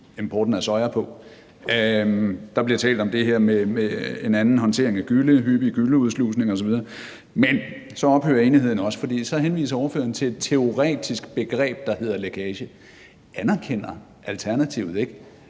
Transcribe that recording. importen af soja på. Der bliver talt om det her med en anden håndtering af gylle, hyppig gylleudslusning osv. Men så ophører enigheden også, for så henviser ordføreren til et teoretisk begreb, der hedder lækage. Anerkender Alternativet ikke,